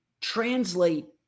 translate